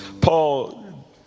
Paul